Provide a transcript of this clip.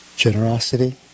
Generosity